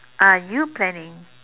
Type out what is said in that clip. are you planning